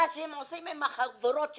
תראה מה הם עושים עם החבורות שלהם.